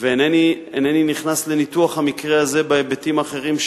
ואינני נכנס לניתוח המקרה הזה בהיבטים האחרים,